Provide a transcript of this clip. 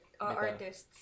artists